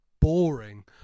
boring